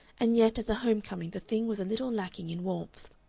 and yet as a home-coming the thing was a little lacking in warmth.